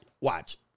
Watch